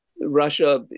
Russia